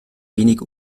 wenig